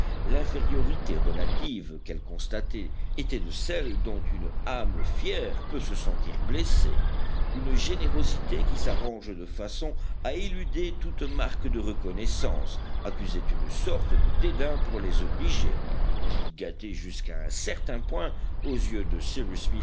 l'infériorité relative qu'elle constatait était de celles dont une âme fière peut se sentir blessée une générosité qui s'arrange de façon à éluder toute marque de reconnaissance accusait une sorte de dédain pour les obligés qui gâtait jusqu'à un certain point aux yeux de